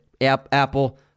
Apple